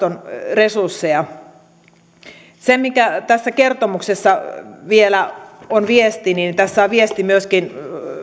resursseja se mikä tässä kertomuksessa vielä on viesti niin tässä on viesti myöskin